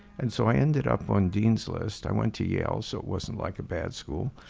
and so i ended up on dean's list, i went to yale so it wasn't like a bad school.